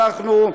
אנחנו,